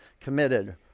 committed